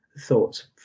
thoughts